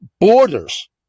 borders